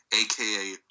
Aka